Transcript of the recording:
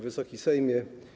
Wysoki Sejmie!